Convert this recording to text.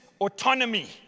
autonomy